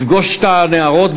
לפגוש את הנערות,